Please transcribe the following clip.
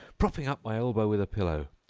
propping up my elbow with a pillow,